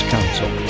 Council